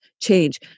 change